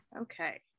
okay